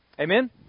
Amen